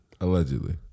Allegedly